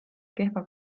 kehva